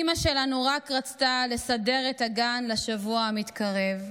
אימא שלנו רק רצתה לסדר את הגן לשבוע המתקרב,